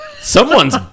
Someone's